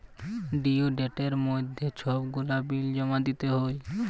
due ডেটের মইধ্যে ছব গুলা বিল জমা দিতে হ্যয়